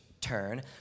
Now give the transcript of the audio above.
turn